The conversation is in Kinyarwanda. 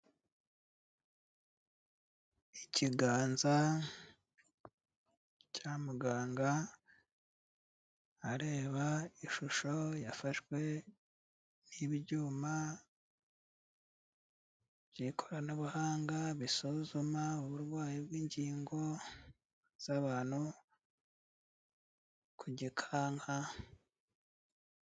Ikiganza cya muganga, areba ishusho yafashwe n'ibyuma by'ikoranabuhanga, bisuzuma uburwayi bw'ingingo z'abantu, ku gikanka.